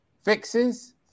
fixes